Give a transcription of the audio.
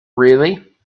really